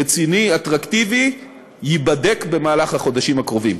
רציני, אטרקטיבי, ייבדק במהלך החודשים הקרובים.